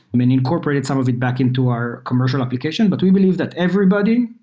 um and incorporated some of it back into our commercial application, but we believe that everybody,